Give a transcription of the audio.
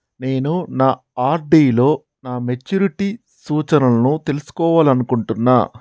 నేను నా ఆర్.డి లో నా మెచ్యూరిటీ సూచనలను తెలుసుకోవాలనుకుంటున్నా